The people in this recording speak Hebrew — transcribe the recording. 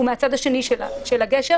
ומהצד השני של הגשר.